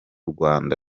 rwanda